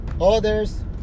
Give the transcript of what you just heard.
others